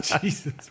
Jesus